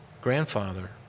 grandfather